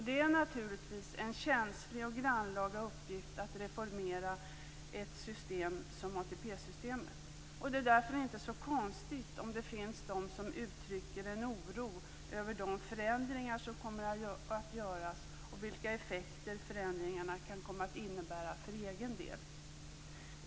Det är naturligtvis en känslig och grannlaga uppgift att reformera ett system som ATP-systemet. Det är därför inte så konstigt om det finns de som uttrycker en oro över de förändringar som kommer att göras och vilka effekter förändringarna kan komma att innebära för egen del.